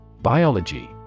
Biology